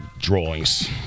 drawings